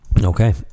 Okay